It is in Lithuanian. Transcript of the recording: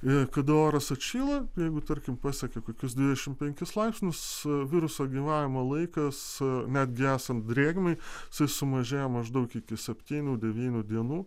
ir kada oras atšyla jeigu tarkim pasiekia kokius dvidešimt penkis laipsnius viruso gyvavimo laikas netgi esant drėgmei jisai sumažėja maždaug iki septynių devynių dienų